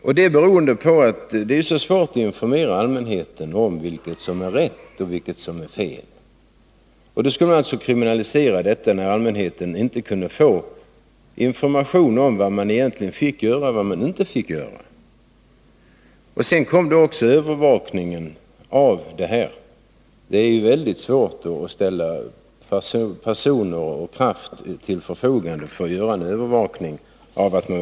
Skälet till det är att det är så svårt att informera allmänheten om vilket som är rätt och vilket som är fel. Vi menade att man inte bör kriminalisera ett förfarande, när allmänheten inte kan få information om vad som egentligen är tillåtet. Därtill kommer att det är svårt att övervaka ett förbud och se till att lagarna verkligen efterlevs.